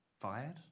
fired